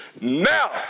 Now